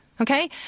Okay